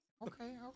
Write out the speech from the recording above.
Okay